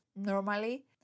normally